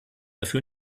dafür